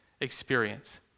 experience